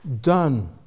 done